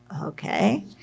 okay